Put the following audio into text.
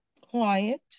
quiet